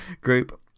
group